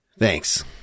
Thanks